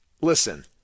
Listen